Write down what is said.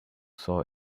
saw